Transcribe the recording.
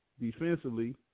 defensively